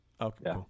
Okay